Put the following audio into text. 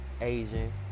Asian